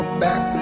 back